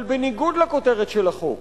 אבל בניגוד לכותרת של החוק,